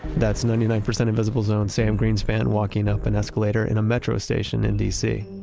that's ninety nine percent invisible's own sam greenspan, walking up an escalator in a metro station in dc